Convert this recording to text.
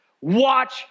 Watch